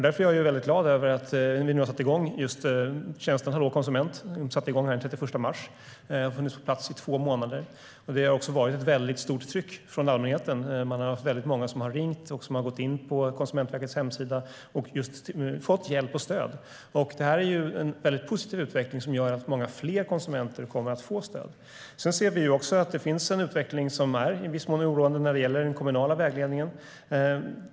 Därför är jag väldigt glad över att vi nu har satt igång just tjänsten Hallå konsument. Den satte igång den 31 mars och har alltså funnits på plats i två månader. Det har varit ett väldigt stort tryck från allmänheten. Väldigt många har ringt och gått in på Konsumentverkets hemsida och fått hjälp och stöd. Det här är en väldigt positiv utveckling som gör att många fler konsumenter kommer att få stöd. Sedan ser vi också att det finns en utveckling som i viss mån är oroande när det gäller den kommunala vägledningen.